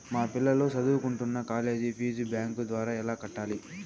మా పిల్లలు సదువుకుంటున్న కాలేజీ ఫీజు బ్యాంకు ద్వారా ఎలా కట్టాలి?